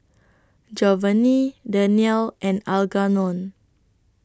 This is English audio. Jovany Daniele and Algernon